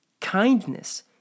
kindness